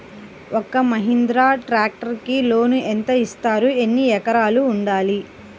ఒక్క మహీంద్రా ట్రాక్టర్కి లోనును యెంత ఇస్తారు? ఎన్ని ఎకరాలు ఉండాలి?